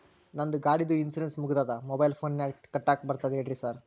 ನಂದ್ ಗಾಡಿದು ಇನ್ಶೂರೆನ್ಸ್ ಮುಗಿದದ ಮೊಬೈಲ್ ಫೋನಿನಾಗ್ ಕಟ್ಟಾಕ್ ಬರ್ತದ ಹೇಳ್ರಿ ಸಾರ್?